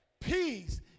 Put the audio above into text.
peace